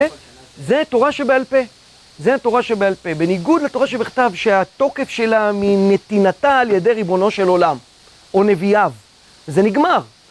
זה התורה שבעל פה, זה התורה שבעל פה, בניגוד לתורה שבכתב שהתוקף שלה מנתינתה על ידי ריבונו של עולם או נביאיו, זה נגמר.